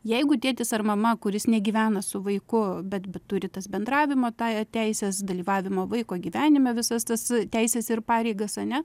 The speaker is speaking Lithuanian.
jeigu tėtis ar mama kuris negyvena su vaiku bet turi tas bendravimo tą teises dalyvavimo vaiko gyvenime visas tas teises ir pareigas ane